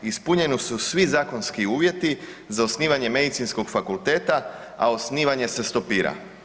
Ispunjeni su svi zakonski uvjeti za osnivanje Medicinskog fakulteta, a osnivanje se stopira.